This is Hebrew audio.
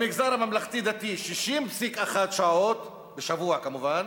במגזר הממלכתי-דתי, 60.1 שעות בשבוע, כמובן,